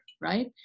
right